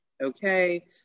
okay